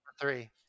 three